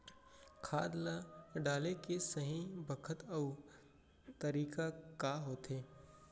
खाद ल डाले के सही बखत अऊ तरीका का होथे?